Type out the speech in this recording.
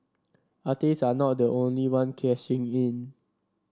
artist are not the only one cashing in